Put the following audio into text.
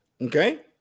Okay